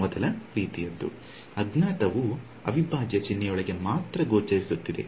ಮೊದಲ ರೀತಿಯದು ಅಜ್ಞಾತವು ಅವಿಭಾಜ್ಯ ಚಿಹ್ನೆಯೊಳಗೆ ಮಾತ್ರ ಗೋಚರಿಸುತ್ತಿದೆ